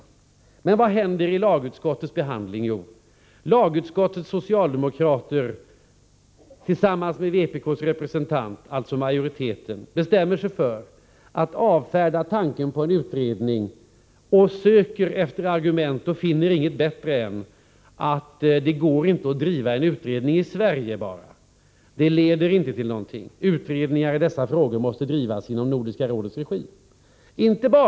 Men vad händer i lagutskottets behandling? Jo, lagutskottets socialdemokrater tillsammans med vpk:s representant, alltså majoriteten, bestämmer sig för att avfärda tanken på en utredning. De söker efter argument men finner inget bättre än att det inte går att driva en utredning enbart i Sverige — det leder inte till någonting. En utredning i dessa frågor måste genomföras inom Nordiska rådets regi, menar de.